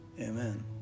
Amen